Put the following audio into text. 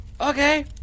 Okay